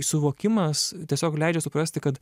suvokimas tiesiog leidžia suprasti kad